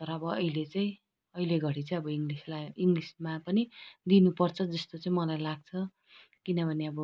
तर अब अहिले चाहिँ अहिले घडी चाहिँ अब इङ्गलिसलाई इङ्गलिसमा पनि दिनुपर्छ जस्तो चाहिँ मलाई लाग्छ किनभने अब